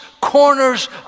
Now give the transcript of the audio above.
corners